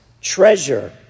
treasure